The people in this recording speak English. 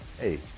hey